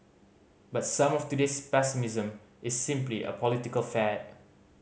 but some of today's pessimism is simply a political fad